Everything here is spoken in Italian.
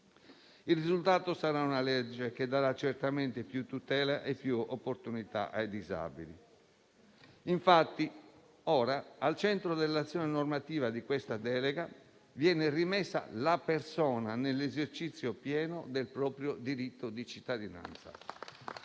Il risultato sarà una legge che darà certamente più tutele e più opportunità ai disabili. Infatti, ora al centro dell'azione normativa di questa delega viene rimessa la persona nell'esercizio pieno del proprio diritto di cittadinanza